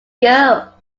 girl